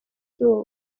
izuba